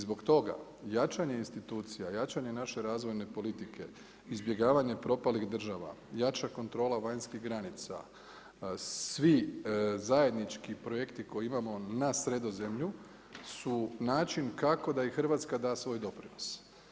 I zbog toga jačanje institucija, jačanje naše razvojne politike, izbjegavanje propalih država, jača kontrola vanjskih granica, svi zajednički projekti koje imamo na Sredozemlju su način kako da i Hrvatska da svoj doprinos.